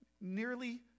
Nearly